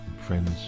friends